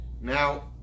Now